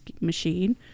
machine